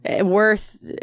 worth